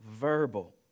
verbal